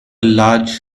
large